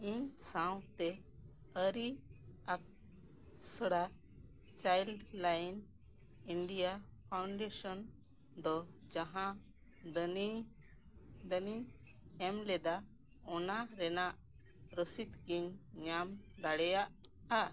ᱤᱧ ᱥᱟᱶᱛᱮ ᱟᱹᱨᱤ ᱟᱥᱲᱟ ᱪᱟᱭᱤᱞᱰᱞᱟᱭᱤᱱ ᱤᱱᱰᱤᱭᱟ ᱯᱷᱟᱣᱩᱱᱰᱮᱥᱚᱱ ᱫᱚ ᱡᱟᱦᱟᱸ ᱫᱟᱱᱤ ᱫᱟᱱᱤᱧ ᱮᱢᱞᱮᱫᱟ ᱚᱱᱟ ᱨᱮᱱᱟᱜ ᱨᱚᱥᱤᱫᱽ ᱠᱤᱧ ᱧᱟᱢ ᱫᱟᱲᱮᱭᱟᱜᱼᱟ